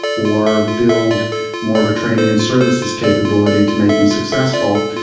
or build more retraining and services capability to make them successful.